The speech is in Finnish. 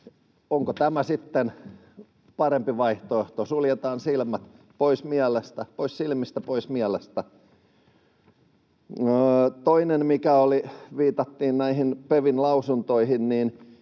onko tämä sitten parempi vaihtoehto, suljetaan silmät? Pois silmistä, pois mielestä. Toinen oli, kun viitattiin näihin PeVin lausuntoihin.